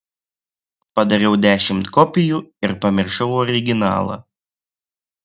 padariau dešimt kopijų ir pamiršau originalą